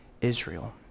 Israel